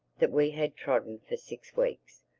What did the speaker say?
that we had trodden for six weeks.